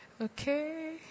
Okay